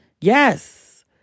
yes